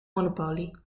monopolie